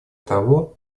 того